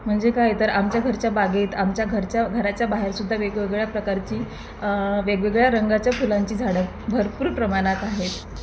म्हणजे काय तर आमच्या घरच्या बागेत आमच्या घरच्या घराच्या बाहेरसुद्धा वेगवेगळ्या प्रकारची वेगवेगळ्या रंगाच्या फुलांची झाडं भरपूर प्रमाणात आहेत